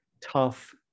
tough